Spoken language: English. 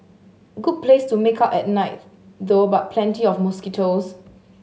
good place to make out at night though but plenty of mosquitoes